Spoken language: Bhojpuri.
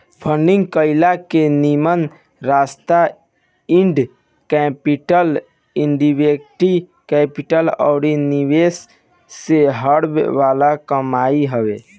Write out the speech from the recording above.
फंडिंग कईला के निमन रास्ता डेट कैपिटल, इक्विटी कैपिटल अउरी निवेश से हॉवे वाला कमाई हवे